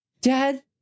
dad